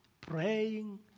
praying